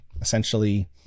essentially